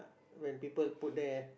when people put there